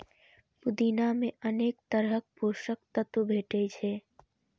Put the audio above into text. पुदीना मे अनेक तरहक पोषक तत्व भेटै छै